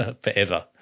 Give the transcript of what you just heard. forever